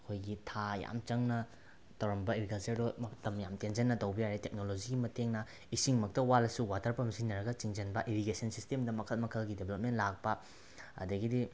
ꯑꯩꯈꯣꯏꯒꯤ ꯊꯥ ꯌꯥꯝ ꯆꯪꯅ ꯇꯧꯔꯝꯕ ꯑꯦꯒ꯭ꯔꯤꯀꯜꯆꯔꯗꯣ ꯃꯇꯝ ꯌꯥꯝ ꯇꯦꯟꯁꯤꯟꯅꯅ ꯇꯧꯕ ꯌꯥꯔꯦ ꯇꯦꯛꯅꯣꯂꯣꯖꯤꯒꯤ ꯃꯇꯦꯡꯅ ꯏꯁꯤꯡ ꯃꯛꯇ ꯋꯥꯠꯂꯁꯨ ꯋꯥꯇꯔ ꯄꯝ ꯁꯤꯖꯤꯟꯅꯔꯒ ꯆꯤꯡꯁꯤꯟꯕ ꯏꯔꯤꯒꯦꯁꯟ ꯁꯤꯁꯇꯦꯝꯗ ꯃꯈꯜ ꯃꯈꯜꯒꯤ ꯗꯦꯕ꯭ꯂꯞꯃꯦꯟ ꯂꯥꯛꯄ ꯑꯗꯒꯤꯗꯤ